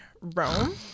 Rome